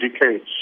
decades